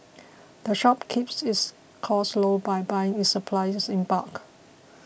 the shop keeps its costs low by buying its supplies in bulk